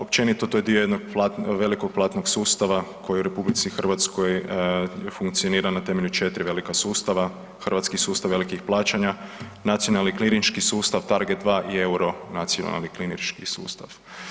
Općenito, to je dio jednog veliko platnog sustava koji je u RH funkcionira na temelju 4 velika sustava; Hrvatski sustav velikih plaćanja, Nacionalne klirinški sustav, Target 2 i Euronacionalni klirinški sustav.